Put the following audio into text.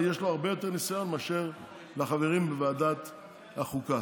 יש לו הרבה יותר ניסיון מאשר לחברים בוועדת החוקה.